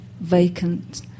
vacant